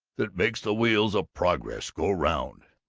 that makes the wheels of progress go round!